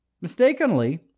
Mistakenly